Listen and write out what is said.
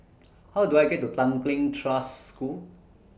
How Do I get to Tanglin Trust School